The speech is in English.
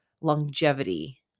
longevity